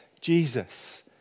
Jesus